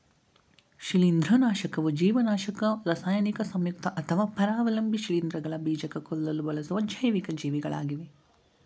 ಶಿಲೀಂಧ್ರನಾಶಕವು ಜೀವನಾಶಕ ರಾಸಾಯನಿಕ ಸಂಯುಕ್ತ ಅಥವಾ ಪರಾವಲಂಬಿ ಶಿಲೀಂಧ್ರಗಳ ಬೀಜಕ ಕೊಲ್ಲಲು ಬಳಸುವ ಜೈವಿಕ ಜೀವಿಗಳಾಗಿವೆ